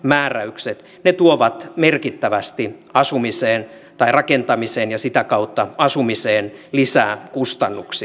ne tuovat merkittävästi rakentamiseen ja sitä kautta asumiseen lisää kustannuksia